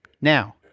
Now